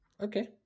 Okay